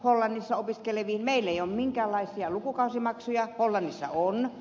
meillä ei ole minkäänlaisia lukukausimaksuja hollannissa on